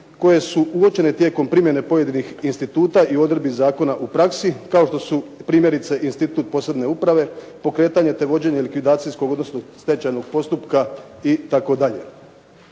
koje su uočene tijekom primjene pojedinih instituta i odredbi zakona u praksi kao što su primjerice Institut posebne uprave, pokretanje te vođenje likvidacijskog odnosno stečajnog postupka itd..